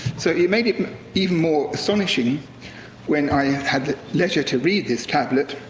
so it made it even more astonishing when i had the letter to read this tablet,